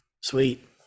Sweet